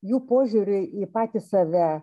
jų požiūriui į patį save